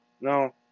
No